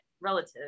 relative